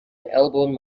elbowed